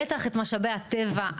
בטח את משאבי הטבע,